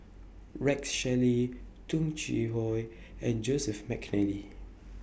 Rex Shelley Tung Chye Hong and Joseph Mcnally